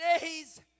days